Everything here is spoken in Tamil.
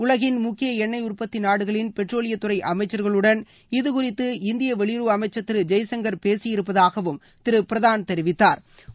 உலகின் முக்கிய எண்ணெய் உற்பத்தி நாடுகளின் பெட்ரோலியம் அமைச்சர்களுடன் இது குறித்து இந்திய வெளியுறவு அமைச்சர் திரு ஜெய்சங்கர் பேசியிருப்பதாகவும் திரு பிரதான் தெரிவித்தாா்